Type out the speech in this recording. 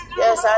yes